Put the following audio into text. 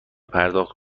پرداخت